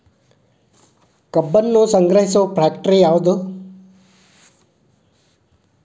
ಕಬ್ಬನ್ನು ಸಂಗ್ರಹಿಸುವ ಫ್ಯಾಕ್ಟರಿ ಯಾವದು?